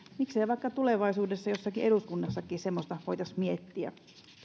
miksei tulevaisuudessa vaikka eduskunnassakin jotakin semmoista voitaisi miettiä